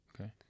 Okay